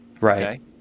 Right